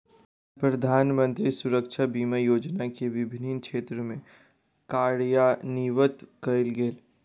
प्रधानमंत्री सुरक्षा बीमा योजना के विभिन्न क्षेत्र में कार्यान्वित कयल गेल